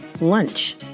lunch